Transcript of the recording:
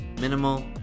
minimal